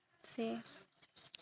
ᱥᱮ